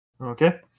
Okay